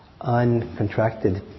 uncontracted